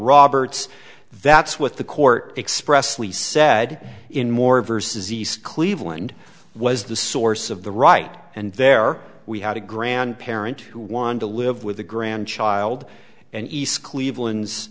roberts that's what the court expressly said in more verses east cleveland was the source of the right and there we had a grandparent who want to live with a grandchild and east cleveland's